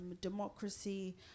democracy